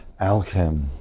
Alchem